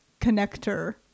connector